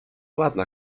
ładna